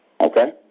Okay